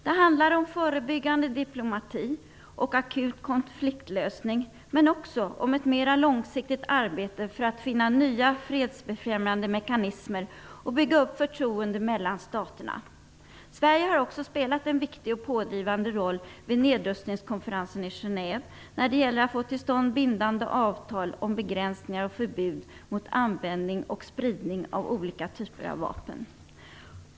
Det handlar om förebyggande diplomati och om akut konfliktlösning, men också om ett mer långsiktigt arbete för att finna nya fredsbefrämjande mekanismer och bygga upp förtroende mellan staterna. Sverige har också spelat en viktig och pådrivande roll vid nedrustningskonferensen i Genève när det gäller att få till stånd bindande avtal om begränsningar och förbud mot användning och spridning av olika typer av vapen.